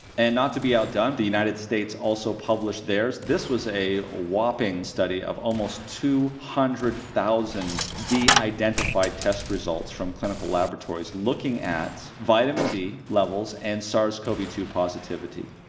and not to be outdone, the united states also published theirs. this was a whopping study of almost two hundred thousand de-identified test results from clinical laboratories looking at vitamin d levels and sars cov two positivity,